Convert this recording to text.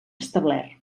establert